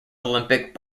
olympic